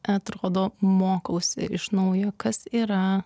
atrodo mokausi iš naujo kas yra